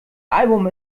album